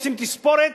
עושים תספורת,